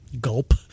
Gulp